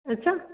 ਅੱਛਾ